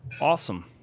awesome